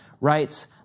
writes